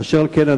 אשר על כן,